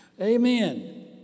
Amen